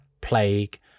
Plague